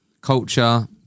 culture